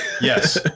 Yes